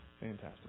Fantastic